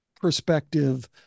perspective